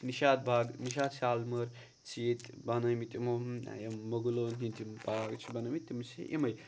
نِشاط باغ نِشاط شالمٲر چھِ ییٚتہِ بَنٲومٕتۍ یِمو یِم مُغلون ہٕنٛدۍ یِم باغ چھِ بَنٲمٕتۍ تِم چھِ یِمَے